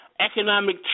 economic